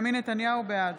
בעד